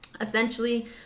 Essentially